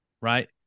right